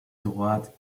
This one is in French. droit